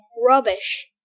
Rubbish